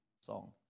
song